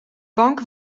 bank